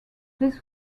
this